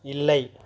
இல்லை